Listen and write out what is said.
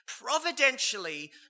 providentially